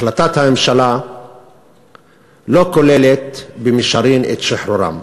החלטת הממשלה לא כוללת במישרין את שחרורם.